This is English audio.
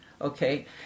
Okay